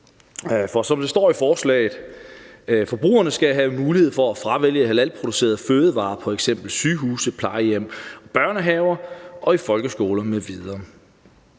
kød. Der står i forslaget: »Forbrugerne skal have mulighed for at fravælge halalproducerede fødevarer på eksempelvis sygehuse og plejehjem og børnehaver og i folkeskoler m.v.«